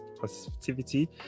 positivity